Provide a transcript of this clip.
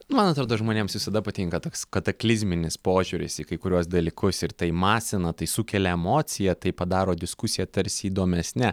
man atrodo žmonėms visada patinka toks kataklizminis požiūris į kai kuriuos dalykus ir tai masina tai sukelia emociją tai padaro diskusiją tarsi įdomesne